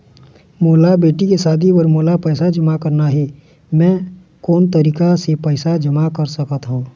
मोर बेटी के शादी बर मोला पैसा जमा करना हे, म मैं कोन तरीका से पैसा जमा कर सकत ह?